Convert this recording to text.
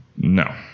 No